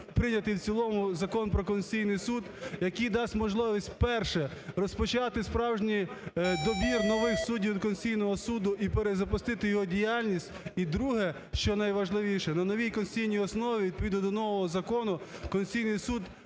прийнятий в цілому Закон "Про Конституційний Суд", який дасть можливість вперше розпочати справжній добір нових суддів Конституційного Суду і перезапустити його діяльність. І друге, що найважливіше, на новій конституційній основі відповідно до нового закону Конституційний Суд